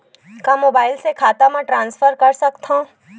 का मोबाइल से खाता म ट्रान्सफर कर सकथव?